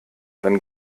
dann